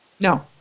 No